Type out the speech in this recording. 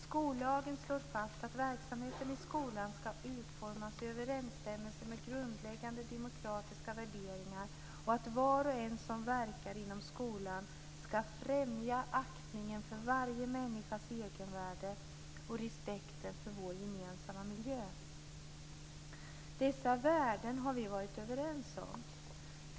Skollagen slår fast att verksamheten i skolan ska utformas i överensstämmelse med grundläggande demokratiska värderingar och att var och en som verkar inom skolan ska främja aktningen för varje människas egenvärde och respekten för vår gemensamma miljö." Dessa värden har vi varit överens om.